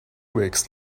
weeks